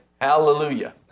Hallelujah